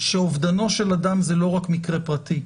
שאובדנו של אדם זה לא רק מקרה פרטי,